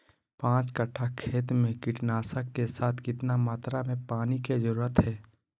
पांच कट्ठा खेत में कीटनाशक के साथ कितना मात्रा में पानी के जरूरत है?